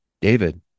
David